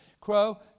crow